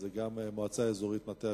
זה גם מועצה אזורית מטה-אשר,